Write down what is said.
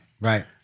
Right